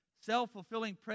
self-fulfilling